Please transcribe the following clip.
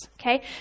okay